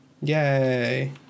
Yay